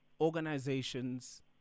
organizations